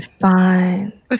fine